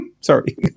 Sorry